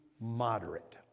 moderate